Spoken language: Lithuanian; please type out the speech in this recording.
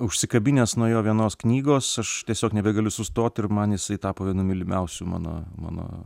užsikabinęs nuo jo vienos knygos aš tiesiog nebegaliu sustot ir man jisai tapo vienu mylimiausių mano mano